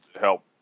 help